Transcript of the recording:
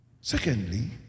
Secondly